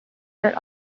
set